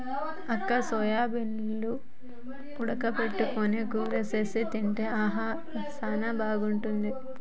అక్క సోయాబీన్లు ఉడక పెట్టుకొని కూర సేసి తింటే ఆహా సానా బాగుంటుంది